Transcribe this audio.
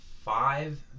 Five